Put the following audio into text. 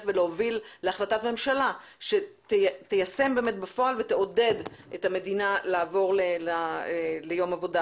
ולהוביל להחלטת ממשלה שתיישם בפועל ותעודד את המדינה לעבור ליום עבודה,